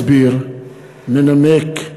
מסביר, מנמק,